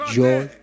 joy